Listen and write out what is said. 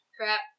Crap